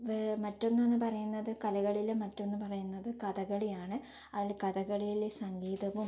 മറ്റൊന്ന് എന്ന് പറയുന്നത് കലകളിൽ മറ്റൊന്ന് പറയുന്നത് കഥകളിയാണ് അതിൽ കഥകളിയിലെ സംഗീതവും